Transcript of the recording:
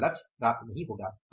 आपका लक्ष्य प्राप्त नहीं होगा